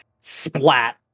splat